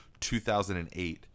2008 –